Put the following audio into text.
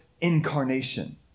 incarnation